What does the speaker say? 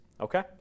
okay